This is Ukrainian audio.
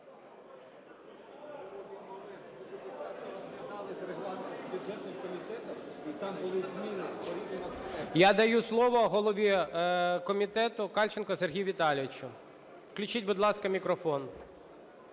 Я даю слово голові комітету Кальченку Сергію Віталійовичу. Включіть, будь ласка, мікрофон.